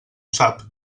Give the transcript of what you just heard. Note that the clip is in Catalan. sap